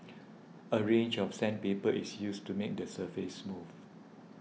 a range of sandpaper is used to make the surface smooth